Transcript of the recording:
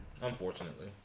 Unfortunately